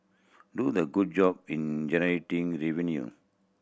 do the good job in generating revenue